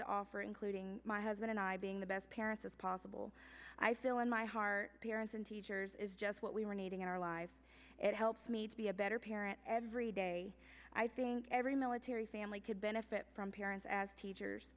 to offer including my husband and i being the best parents is possible i feel in my heart parents and teachers is just what we were needing in our lives it helps me to be a better parent every day i think every military family could benefit from parents as teachers